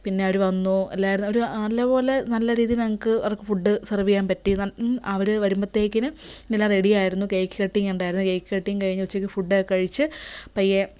പിന്നവര് വന്നു എല്ലാവരും ഒരു നല്ല പോലെ നല്ല രീതി ഞങ്ങൾക്ക് അവർക്ക് ഫുഡ് സെർവ് ചെയ്യാൻ പറ്റി അവര് വരുമ്പത്തേക്കിനും എല്ലാം റെഡിയായിരുന്നു കേക്ക് കട്ടിങ്ങ് ഉണ്ടായിരുന്നു കേക്ക് കട്ടിങ് കഴിഞ്ഞ് ഉച്ചയ്ക്ക് ഫുഡൊക്കെ കഴിച്ച് പയ്യെ